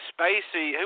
Spacey